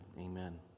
Amen